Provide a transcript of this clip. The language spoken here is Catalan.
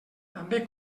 també